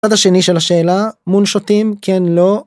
מהצד השני של השאלה מון שותים כן לא